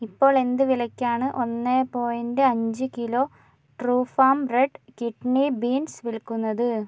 ഇപ്പോൾ എന്ത് വിലയ്ക്കാണ് ഒന്ന് പോയിൻറ്റ് അഞ്ച് kilo Truefarm red kidney beans വിൽക്കുന്നത്